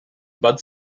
bud